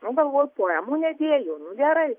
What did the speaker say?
nu galvoju poemų nedėjo nu gerai